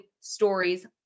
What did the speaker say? stories